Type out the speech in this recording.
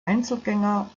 einzelgänger